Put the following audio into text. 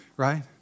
right